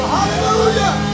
Hallelujah